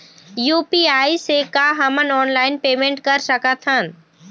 UPI से का हमन ऑनलाइन पेमेंट कर सकत हन?